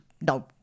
no